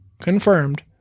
confirmed